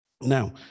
Now